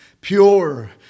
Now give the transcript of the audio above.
pure